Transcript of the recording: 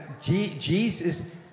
Jesus